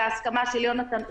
בהסכמה של יונתן אוריך,